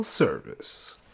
service